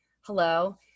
hello